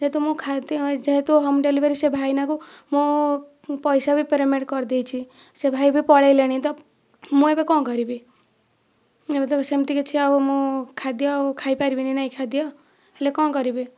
ଯେହେତୁ ମୋ' ଖାଦ୍ୟ ଯେହେତୁ ହୋମ୍ ଡେଲିଭରି ସେ ଭାଇନାଙ୍କୁ ମୁଁ ପଇସା ବି ପେମେଣ୍ଟେ କରିଦେଇଛି ସେ ଭାଇ ଏବେ ପଳାଇଲେଣି ତ ମୁଁ ଏବେ କଣ କରିବି ଏବେ ତ ସେମତି କିଛି ଆଉ ମୁଁ ଖାଦ୍ୟ ଖାଇ ପାରିବିନାହିଁ ନା ଏ ଖାଦ୍ୟ ହେଲେ କ'ଣ କରିବି